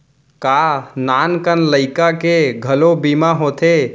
का नान कन लइका के घलो बीमा होथे?